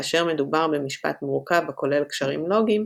כאשר מדובר במשפט מורכב הכולל קשרים לוגיים,